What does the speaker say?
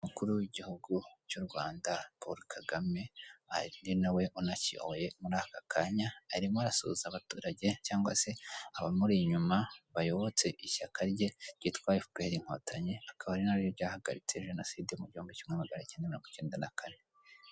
Umukuru w'igihugu cy'u Rwanda Paul Kagame ari nawe unakiyoboye muri aka kanya, arimo arasuhuza abaturage cyangwa se abamuri inyuma bayobotse ishyaka rye ryitwa Efuperi inkotanyi, akaba ari naryo ryahagaritse jenoside mu gihumbi kimwe maganacyenda mirongo icyenda na kane.